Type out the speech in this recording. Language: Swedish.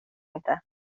inte